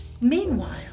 Meanwhile